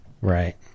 Right